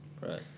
Right